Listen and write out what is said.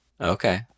Okay